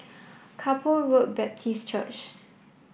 Kay Poh Road Baptist Church